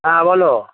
হ্যাঁ বলো